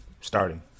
starting